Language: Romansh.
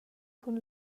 cun